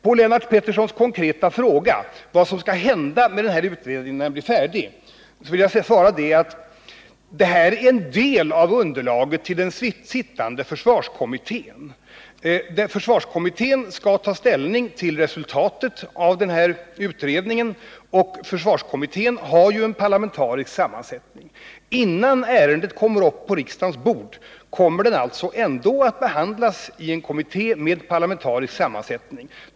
På Lennart Petterssons konkreta fråga vad som skall hända med den här utredningen när den blir färdig vill jag svara att detta är en del av underlaget till den sittande försvarskommittén. Försvarskommittén skall ta ställning till resultatet av den här utredningen, och försvarskommittén har ju en parlamentarisk sammansättning. Innan ärendet kommer upp på riksdagens bord, kommer det alltså ändå att behandlas i en kommitté med parlamenta risk sammansättning.